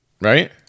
Right